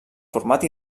format